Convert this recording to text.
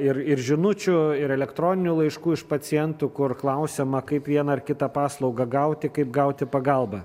ir ir žinučių ir elektroninių laiškų iš pacientų kur klausiama kaip vieną ar kitą paslaugą gauti kaip gauti pagalbą